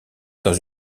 dans